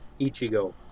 Ichigo